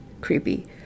Creepy